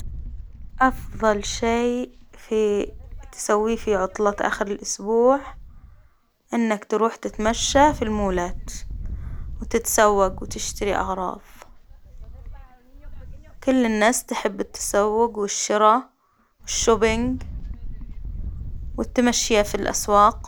أفضل شيء في تسويه في عطلة آخر الإسبوع، إنك تروح تتمشى في المولات، وتتسوق وتشتري أغراض، كل الناس تحب التسوج والشرا والشوبنج والتمشي في الأسواق.